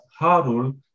harul